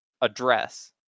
address